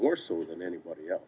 more so than anybody else